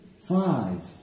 five